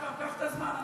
אכרם, קח את הזמן.